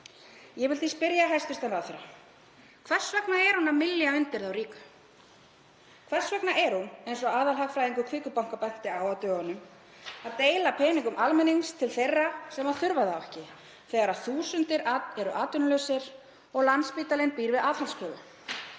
Ég vil því spyrja hæstv. ráðherra: Hvers vegna er hún að mylja undir þá ríku? Hvers vegna er hún, eins og aðalhagfræðingur Kviku banka benti á á dögunum, að deila peningum almennings til þeirra sem þurfa þá ekki þegar þúsundir eru atvinnulaus og Landspítalinn býr við aðhaldskröfu?